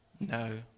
No